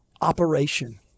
operation